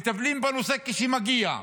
מטפלים בנושא כשמגיע.